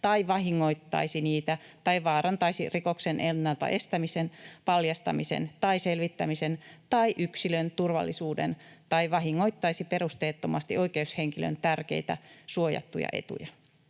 tai vahingoittaisi niitä tai vaarantaisi rikoksen ennalta estämisen, paljastamisen tai selvittämisen tai yksilön turvallisuuden tai vahingoittaisi perusteettomasti oikeushenkilön tärkeitä suojattuja etuja.